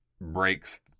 breaks